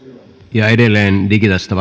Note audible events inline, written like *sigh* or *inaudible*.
edelleen digitasta *unintelligible*